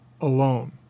alone